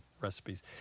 recipes